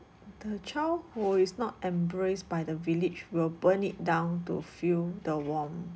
the child who is not embraced by the village will burn it down to feel the warm